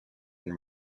and